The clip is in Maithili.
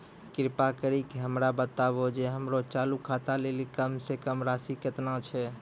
कृपा करि के हमरा बताबो जे हमरो चालू खाता लेली कम से कम राशि केतना छै?